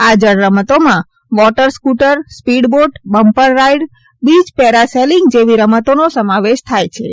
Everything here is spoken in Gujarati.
આ જળરમતોમાં water scooter speed boat bumper ride બીય પેરાસેલીંગ જેવી રમતોનો સમાવેશ થાયછે